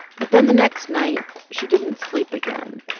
but then the next night, she didn't sleep again.